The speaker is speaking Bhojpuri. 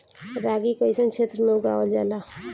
रागी कइसन क्षेत्र में उगावल जला?